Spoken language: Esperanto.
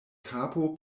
kapo